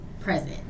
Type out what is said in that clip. present